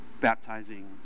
baptizing